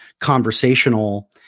conversational